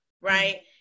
right